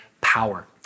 power